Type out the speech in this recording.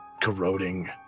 corroding